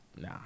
nah